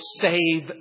save